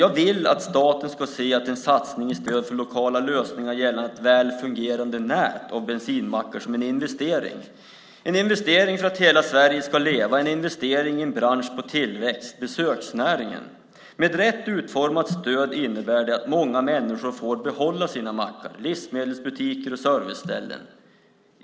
Jag vill att staten ska se en satsning med stöd för lokala lösningar gällande ett väl fungerande nät av bensinmackar som en investering, en investering för att hela Sverige ska leva och en investering i en bransch på tillväxt, nämligen besöksnäringen. Med ett rätt utformat stöd innebär det att många människor får behålla sina mackar, livsmedelsbutiker och serviceställen.